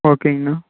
ஓகேங்கண்ணா